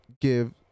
give